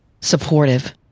supportive